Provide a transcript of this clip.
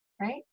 right